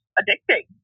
addicting